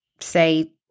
say